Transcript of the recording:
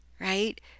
right